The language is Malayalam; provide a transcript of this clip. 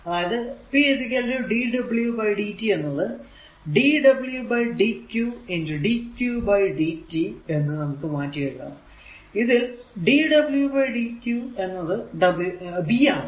അതായതു p dwdt എന്നത് dwdq dqdt എന്ന് നമുക്ക് മാറ്റിയെഴുതാം ഇതിൽ dwdq എന്നത് V ആണ്